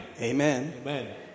Amen